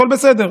הכול בסדר.